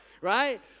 right